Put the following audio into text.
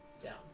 Down